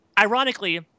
ironically